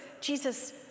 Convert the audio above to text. Jesus